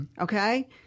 Okay